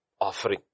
offering